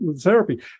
therapy